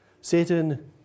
Satan